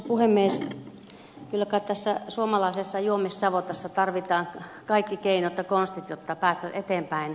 kyllä kai tässä suomalaisessa juomissavotassa tarvitaan kaikki keinot ja konstit jotta päästäisiin eteenpäin